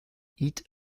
eat